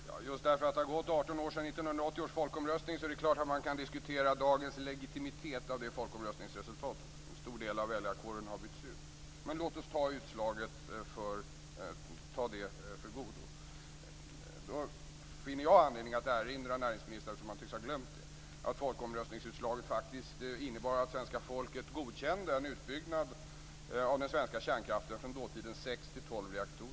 Fru talman! Just därför att det har gått 18 år sedan 1980 års folkomröstning är det klart att man kan diskutera dagens legitimitet av folkomröstningsresultatet. En stor del av väljarkåren har bytts ut. Men låt oss hålla till godo med utslaget. Eftersom näringsministern tycks ha glömt det finner jag anledning att erinra honom om att folkomröstningsutslaget faktiskt innebar att svenska folket godkände en utbyggnad av den svenska kärnkraften från dåtidens sex till tolv reaktorer.